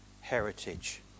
heritage